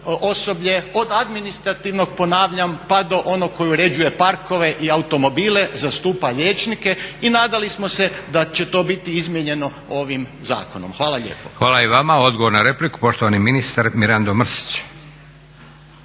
osoblje od administrativnog ponavljam pa do onog koji uređuje parkove i automobile zastupa liječnike i nadali smo se da će to biti izmijenjeno ovim zakonom. Hvala lijepo. **Leko, Josip (SDP)** Hvala i vama. Odgovor na repliku, poštovani ministar Mirando Mrsić.